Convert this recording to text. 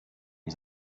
ihm